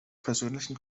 persönlichen